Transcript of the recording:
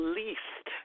least